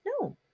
No